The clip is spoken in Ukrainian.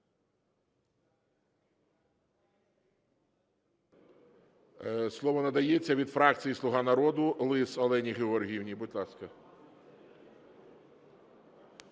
Слово надається від фракції "Слуга народу" Лис Олені Георгіївні, будь ласка.